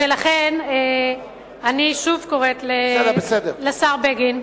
ולכן אני שוב קוראת לשר בגין,